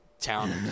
town